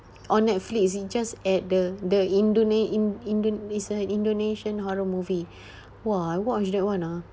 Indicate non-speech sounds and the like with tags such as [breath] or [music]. oh Netflix is it just at the the indone~ ind~ indonesia indonesian horror movie [breath] !wah! I watch that one ah